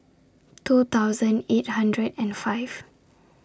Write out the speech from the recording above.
two thousand eight hundred and five